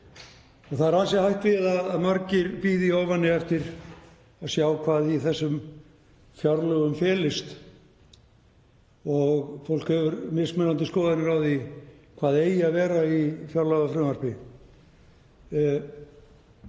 Það er ansi hætt við að margir bíði í ofvæni eftir að sjá hvað í þessum fjárlögum felst og fólk hefur mismunandi skoðanir á því hvað eigi að vera í fjárlagafrumvarpi.